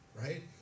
right